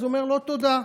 הוא אומר: לא תודה,